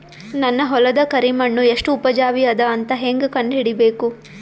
ನನ್ನ ಹೊಲದ ಕರಿ ಮಣ್ಣು ಎಷ್ಟು ಉಪಜಾವಿ ಅದ ಅಂತ ಹೇಂಗ ಕಂಡ ಹಿಡಿಬೇಕು?